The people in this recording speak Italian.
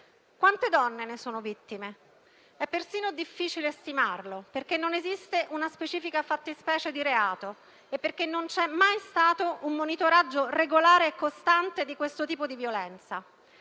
quante donne ne sono vittime? È persino difficile stimarlo, perché non esiste una specifica fattispecie di reato e non c'è mai stato un monitoraggio regolare e costante di questo tipo di violenza.